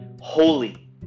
Holy